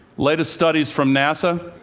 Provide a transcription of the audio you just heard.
latest studies from nasa.